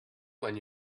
when